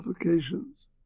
applications